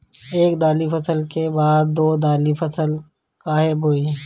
एक दाली फसल के बाद दो डाली फसल काहे बोई?